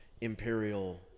Imperial